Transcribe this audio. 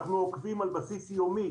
אנחנו עוקבים על בסיס יומי